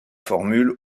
formules